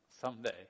someday